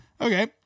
Okay